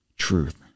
Truth